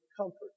comfort